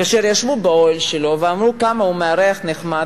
כאשר ישבו באוהל שלו ואמרו כמה הוא מארח נחמד